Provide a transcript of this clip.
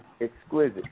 Exquisite